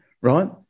right